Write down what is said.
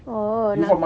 orh